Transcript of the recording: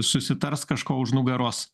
susitars kažką už nugaros